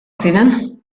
ziren